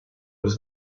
was